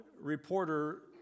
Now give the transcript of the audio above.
reporter